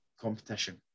competition